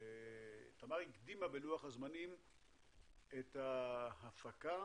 תמר הקדימה את ההפקה